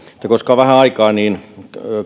mutta koska on vähän aikaa niin